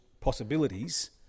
possibilities